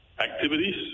activities